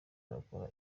agakora